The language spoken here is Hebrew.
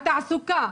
התעסוקה,